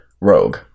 rogue